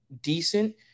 decent